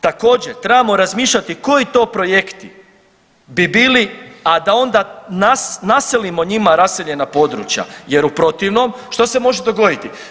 Također trebamo razmišljati koji to projekti bi bili, a da onda naselimo njima raseljena područja jer u protivnom što se može dogoditi.